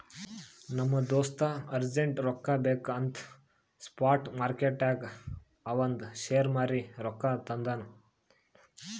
ನಮ್ ದೋಸ್ತ ಅರ್ಜೆಂಟ್ ರೊಕ್ಕಾ ಬೇಕ್ ಅಂತ್ ಸ್ಪಾಟ್ ಮಾರ್ಕೆಟ್ನಾಗ್ ಅವಂದ್ ಶೇರ್ ಮಾರೀ ರೊಕ್ಕಾ ತಂದುನ್